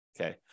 Okay